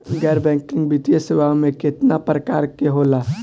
गैर बैंकिंग वित्तीय सेवाओं केतना प्रकार के होला?